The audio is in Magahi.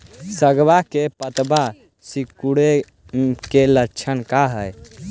सगवा के पत्तवा सिकुड़े के लक्षण का हाई?